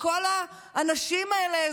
לכל האנשים האלה.